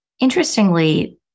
Interestingly